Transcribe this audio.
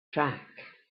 track